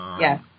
yes